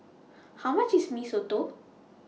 How much IS Mee Soto